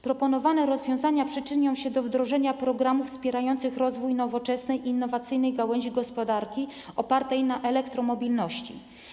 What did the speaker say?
Proponowane rozwiązania przyczynią się do wdrożenia programów wspierających rozwój nowoczesnej, innowacyjnej gałęzi gospodarki opartej na elektromobilności.